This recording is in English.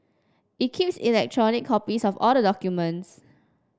it keeps electronic copies of all the documents